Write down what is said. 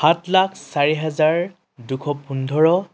সাত লাখ চাৰি হাজাৰ দুশ পোন্ধৰ